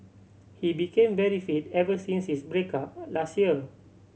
he became very fit ever since his break up last year